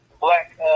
black